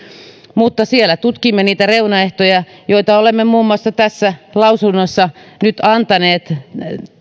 mutta siellä tutkimme niitä reunaehtoja joita olemme muun muassa tässä mietinnössä nyt antaneet